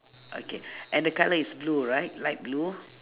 okay and the colour is blue right light blue